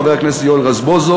חבר הכנסת יואל רזבוזוב.